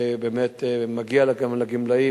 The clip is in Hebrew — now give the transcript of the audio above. ובאמת מגיע לגמלאים.